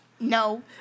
No